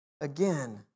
again